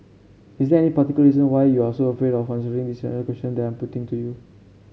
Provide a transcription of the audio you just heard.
is there any particular reason why you are so afraid of answering this question they are putting to you